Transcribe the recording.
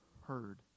heard